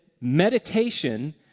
meditation